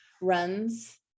runs